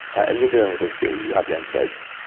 and you're dealing with this, too. you have young kids,